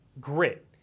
grit